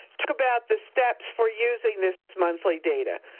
talk about the steps for using this monthly data.